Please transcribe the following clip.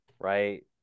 Right